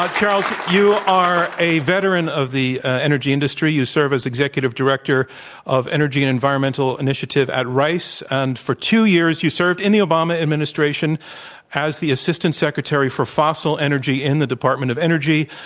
ah charles, you are a veteran of the energy industry. you serve as executive director of energy and environmental initiative at rice. and for two years you served in the obama administration as the assistant secretary for fossil energy in the department of energy.